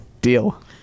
Deal